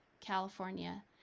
California